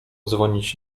dzwonić